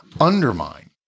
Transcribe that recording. undermine